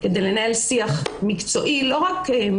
אם זה היה מחבל והוא היה נשפט בבית משפט על רקע לאומני,